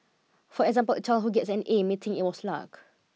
for example a child who gets an A may think it was luck